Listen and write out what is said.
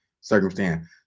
circumstance